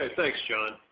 ah thanks, john,